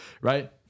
right